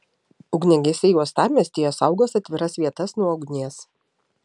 ugniagesiai uostamiestyje saugos atviras vietas nuo ugnies